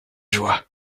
joie